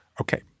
Okay